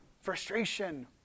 frustration